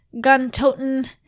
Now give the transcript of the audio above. gun-toting